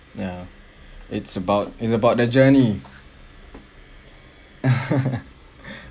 ya it's about it's about the journey